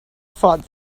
fought